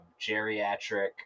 geriatric